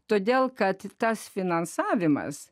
todėl kad tas finansavimas